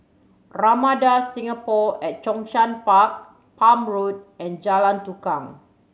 Ramada Singapore at Zhongshan Park Palm Road and Jalan Tukang